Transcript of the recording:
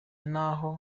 n’aho